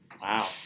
Wow